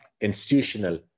institutional